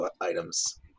items